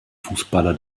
fußballer